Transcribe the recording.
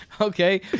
Okay